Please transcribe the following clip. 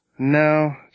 No